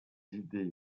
idées